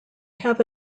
have